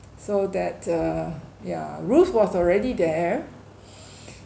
so that uh yeah ruth was already there